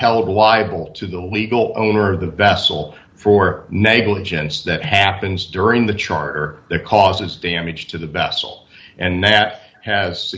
held liable to the legal owner of the vessel for negligence that happens during the charter that causes damage to the vessel and that has